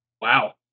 Wow